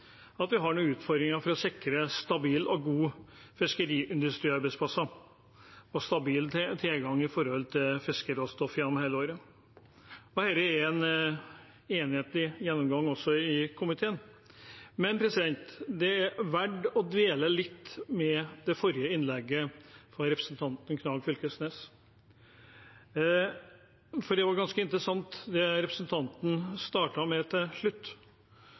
vi har noen utfordringer for å sikre stabile og gode fiskeriindustriarbeidsplasser og stabil tilgang til fiskeråstoff gjennom hele året. Det er også en enhetlig gjennomgang i komiteen. Det er verdt å dvele litt ved det forrige innlegget, fra representanten Knag Fylkesnes, for det er ganske interessant det representanten startet med til slutt.